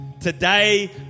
Today